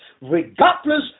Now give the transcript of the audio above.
regardless